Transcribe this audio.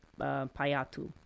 Payatu